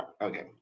okay